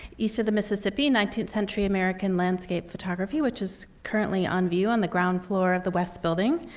east of the mississippi nineteenth century american landscape photography, which is currently on view on the ground floor of the west building.